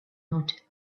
not